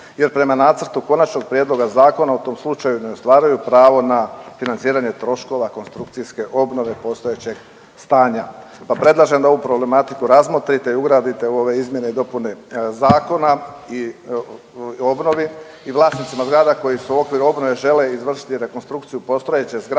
jer prema nacrtu Konačnog prijedloga zakona, u tom slučaju ne ostvaruju pravo na financiranje troškova konstrukcijske obnove postojećeg stanja pa predlažem da ovu problematiku razmotrite i ugradite u ove izmjene i dopune Zakona i obnovi i vlasnicima zgrada koji u okviru obnove žele izvršiti rekonstrukciju postojeće zgrade